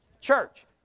Church